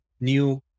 new